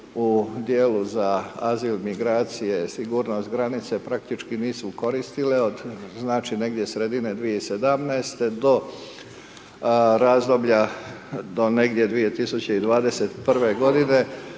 u dijelu za azil, migracije sigurnost granice praktički nisu koristile od znači negdje sredine 2017. do razdoblja do negdje 2021. g.